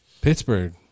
Pittsburgh